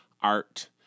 art